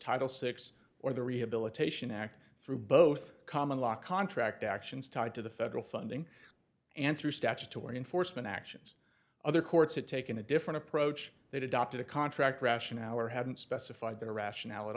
title six or the rehabilitation act through both common law contract actions tied to the federal funding and three statutory enforcement actions other courts had taken a different approach they deducted a contract ration our haven't specified their rationale at